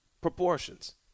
proportions